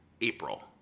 April